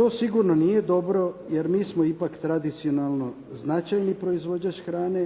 To sigurno nije dobro jer mi smo ipak tradicionalno značajni proizvođač hrane,